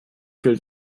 gilt